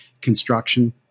construction